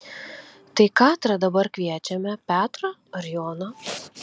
tai katrą dabar kviečiame petrą ar joną